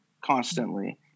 constantly